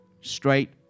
straight